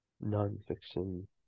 Non-fiction